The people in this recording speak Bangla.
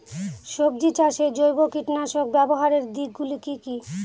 সবজি চাষে জৈব কীটনাশক ব্যাবহারের দিক গুলি কি কী?